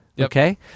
Okay